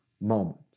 moment